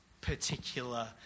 particular